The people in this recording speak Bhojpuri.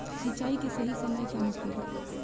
सिंचाई के सही समय का होखे?